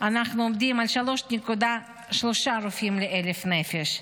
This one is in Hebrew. אנחנו עומדים על 3.3 רופאים ל-1,000 נפש.